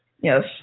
Yes